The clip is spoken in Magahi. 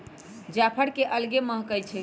जाफर के अलगे महकइ छइ